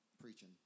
preaching